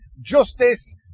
Justice